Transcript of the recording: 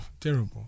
terrible